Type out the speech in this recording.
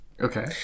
Okay